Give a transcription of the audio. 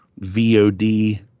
VOD